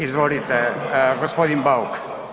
Izvolite gospodin Bauk.